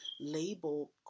label